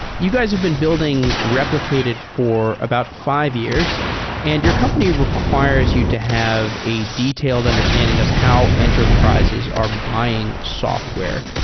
you guys have been building replicated for about fi ve years and your company requires you to have a detailed understanding of how enterprises are buying software.